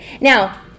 Now